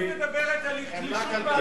טוב שהממשלה הזאת מדברת על תלישות מהמציאות.